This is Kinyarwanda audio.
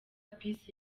peace